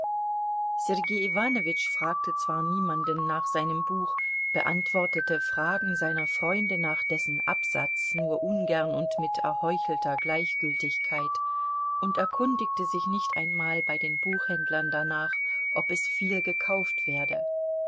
iwanowitsch fragte zwar niemanden nach seinem buch beantwortete fragen seiner freunde nach dessen absatz nur ungern und mit erheuchelter gleichgültigkeit und erkundigte sich nicht einmal bei den buchhändlern danach ob es viel gekauft werde